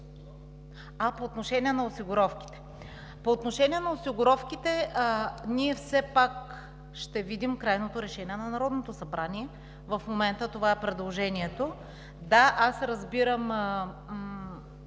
е краят на месец декември. По отношение на осигуровките – ние все пак ще видим крайното решение на Народното събрание. В момента това е предложението. Да, аз разбирам